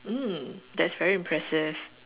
mm that's very impressive